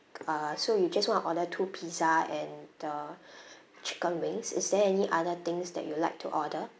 uh so you just want to order two pizza and the chicken wings is there any other things that you'd like to order